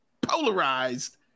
polarized